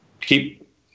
keep